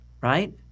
Right